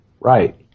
Right